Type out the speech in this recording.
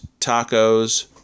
tacos